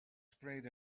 sprayed